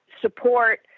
support